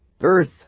Earth